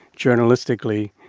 journalistically,